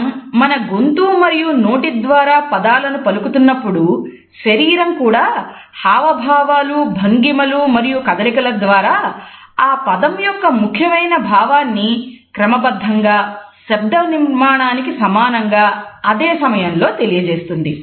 మనం మన గొంతు మరియు నోటి ద్వారా పదాలను పలుకుతున్నప్పుడు శరీరం కూడా హావభావాలు భంగిమలు మరియు కదలికల ద్వారా ఆ పదం యొక్క ముఖ్యమైన భావాన్ని క్రమబద్ధంగా శబ్దనిర్మాణానికి సమానంగా అదే సమయంలో తెలియజేస్తుంది